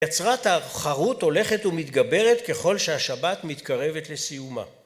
יצרה תחרות הולכת ומתגברת, ככל שהשבת מתקרבת לסיומה.